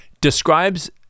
describes